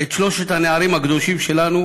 את שלושת הנערים הקדושים שלנו,